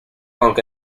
aunque